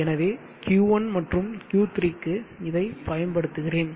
எனவே Q1 மற்றும் Q3 க்கு இதை பயன்படுத்துகிறேன்